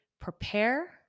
prepare